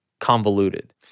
convoluted